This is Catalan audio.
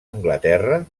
anglaterra